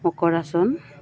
মকৰাসন